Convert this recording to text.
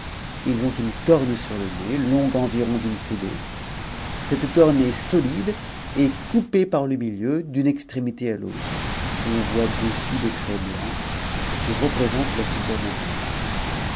ils ont une corne sur ir nez longue environ d'une coudée cette corne est solide et coupée milieu d'une extrémité à l'autre on voit dessus des traits blancs q représentent la figure d'un homme